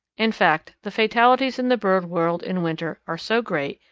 in fact, the fatalities in the bird world in winter are so great,